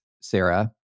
Sarah